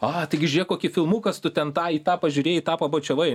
a taigi žiūrėk kokį filmukas tu ten tą į tą pažiūrėjai tą pabučiavai